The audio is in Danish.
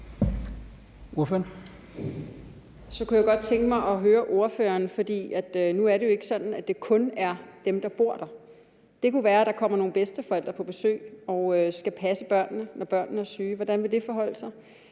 Så kunne jeg godt tænke mig at høre ordføreren: Nu er det jo ikke sådan, at det kun er dem, der bor der. Det kunne være, der kommer nogle bedsteforældre på besøg og skal passe børnene, når børnene er syge. Hvordan vil det forholde sig